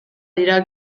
dira